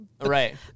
Right